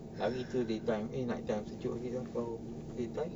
hari tu daytime eh night time sejuk gila kalau daytime